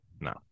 No